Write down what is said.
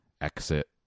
exit